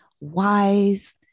wise